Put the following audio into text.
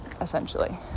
essentially